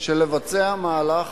של לבצע מהלך